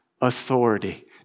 authority